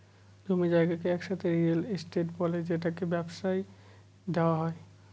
জমি জায়গাকে একসাথে রিয়েল এস্টেট বলে যেটা ব্যবসায় দেওয়া হয়